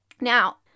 Now